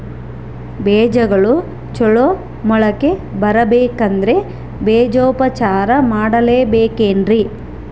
ಬೇಜಗಳು ಚಲೋ ಮೊಳಕೆ ಬರಬೇಕಂದ್ರೆ ಬೇಜೋಪಚಾರ ಮಾಡಲೆಬೇಕೆನ್ರಿ?